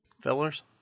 fillers